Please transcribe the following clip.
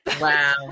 Wow